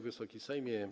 Wysoki Sejmie!